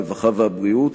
הרווחה והבריאות